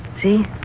See